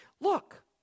Look